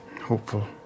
hopeful